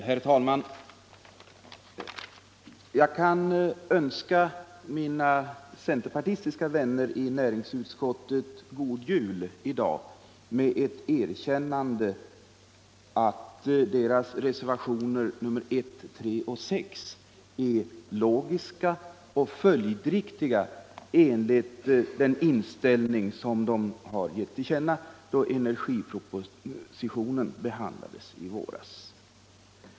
Herr talman! Jag kan i dag önska mina centerpartistiska vänner i näringsutskottet god jul med ett erkännande av att deras reservationer 1, 3 och 6 är logiska och följdriktiga med tanke på den inställning som centern gav till känna då energipropositionen behandlades i våras.